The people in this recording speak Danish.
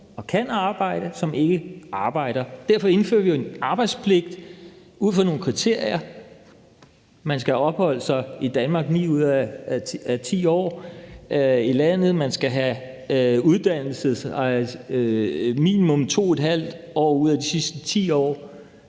og kan arbejde, men som ikke arbejder. Derfor indfører vi en arbejdspligt ud fra nogle kriterier. Man skal have opholdt sig i Danmark i 9 ud af 10 år, og man skal have uddannet sig i minimum 2½ år ud af de sidste 10 år,